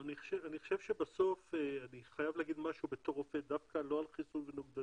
אני חושב שבסוף אני חייב לומר משהו כרופא ודווקא לא על חיסון ונוגדנים.